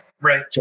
Right